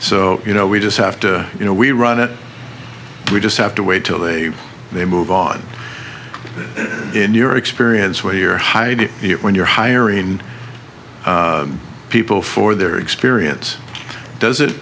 so you know we just have to you know we run it we just have to wait till they move on in your experience where you're hiding it when you're hiring people for their experience does it